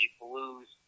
blues